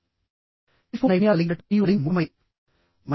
telephone నైపుణ్యాలు కలిగి ఉండటం మరియు మరింత ముఖ్యమైనవి